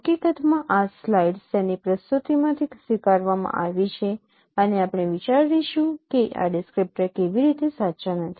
હકીકતમાં આ સ્લાઇડ્સ તેની પ્રસ્તુતિમાંથી સ્વીકારવામાં આવી છે અને આપણે વિચારીશું કે આ ડિસ્ક્રીપ્ટર કેવી રીતે સાચા નથી